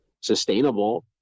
sustainable